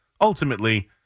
ultimately